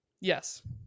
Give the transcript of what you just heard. Yes